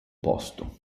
posto